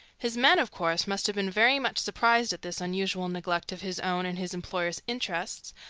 his men, of course, must have been very much surprised at this unusual neglect of his own and his employers' interests,